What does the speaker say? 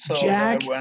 Jack